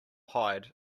hide